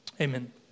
Amen